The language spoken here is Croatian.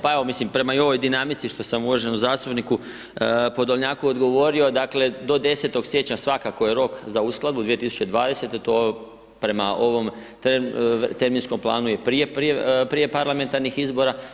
Pa evo, mislim, prema i ovoj dinamici što sam uvaženom zastupniku Podolnjaku odgovorio, dakle, do 10. siječnja svakako je rok za uskladbu, 2020.-te, to prema ovom temeljskom planu je prije Parlamentarnih izbora.